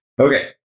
Okay